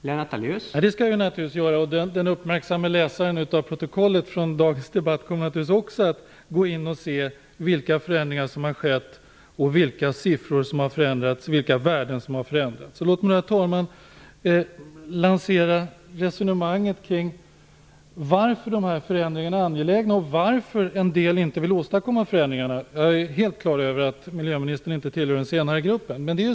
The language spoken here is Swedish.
Herr talman! Det skall jag naturligtvis gärna göra. Den uppmärksamme läsaren av protokollet från dagens debatt kommer naturligtvis också att gå in och se vilka förändringar som har skett och vilka siffror och värden som har förändrats. Låt mig lansera resonemanget kring varför dessa förändringar är angelägna och varför en del inte vill åstadkomma förändring. Jag är helt på det klara med att miljöministern inte tillhör den gruppen.